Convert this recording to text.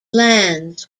lands